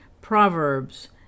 proverbs